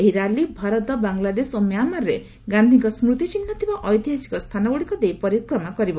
ଏହି ର୍ୟାଲି ଭାରତ ବାଙ୍ଗଲାଦେଶ ଓ ମ୍ୟାମାର୍ରେ ଗାନ୍ଧିଙ୍କ ସ୍କୃତି ଚିହ୍ ଥିବା ଐତିହାସିକ ସ୍ଥାନଗୁଡ଼ିକ ଦେଇ ପରିକ୍ରମା କରିବ